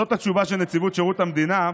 זאת התשובה של נציבות שירות המדינה.